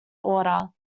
order